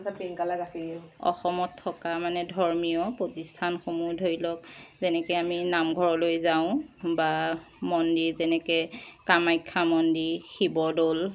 অসমত থকা মানে ধৰ্মীয় প্ৰতিষ্ঠানসমূহ ধৰি লওক যেনেকৈ আমি নামঘৰলৈ যাওঁ বা মন্দিৰ যেনেকৈ কামাখ্যা মন্দিৰ শিৱদৌল